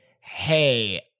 hey